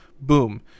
boom